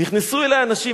נכנסו אלי אנשים,